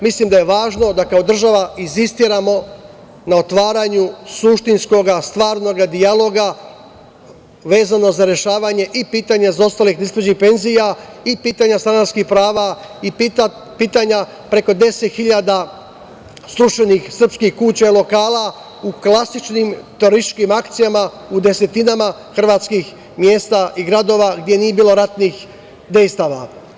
Mislim da je važno da kao država insistiramo na otvaranju suštinskoga, stvarnoga dijaloga, vezano za rešavanje i pitanja zaostalih neisplaćenih penzija i pitanja stanarskih prava i pitanja preko 10 hiljada srušenih srpskih kuća i lokala u klasičnim terorističkim akcijama u desetinama hrvatskih mesta i gradova gde nije bilo ratnih dejstava.